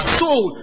soul